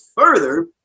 further